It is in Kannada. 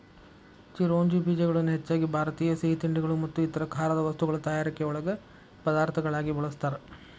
ಚಿರೋಂಜಿ ಬೇಜಗಳನ್ನ ಹೆಚ್ಚಾಗಿ ಭಾರತೇಯ ಸಿಹಿತಿಂಡಿಗಳು ಮತ್ತು ಇತರ ಖಾರದ ವಸ್ತುಗಳ ತಯಾರಿಕೆಯೊಳಗ ಪದಾರ್ಥಗಳಾಗಿ ಬಳಸ್ತಾರ